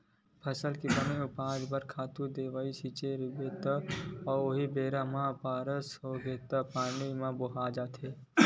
फसल के बने उपज बर खातू दवई छिते रहिबे अउ उहीं बेरा म बरसा होगे त पानी म बोहा जाथे